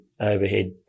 overhead